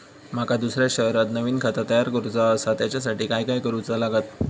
माका दुसऱ्या शहरात नवीन खाता तयार करूचा असा त्याच्यासाठी काय काय करू चा लागात?